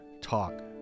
Talk